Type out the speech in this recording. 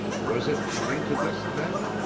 was it coming to this, then?